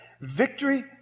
victory